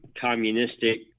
communistic